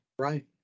Right